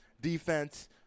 defense